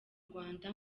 rwanda